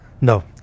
No